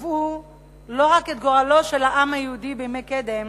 קבעו את גורלו של העם היהודי לא רק בימי קדם,